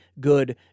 good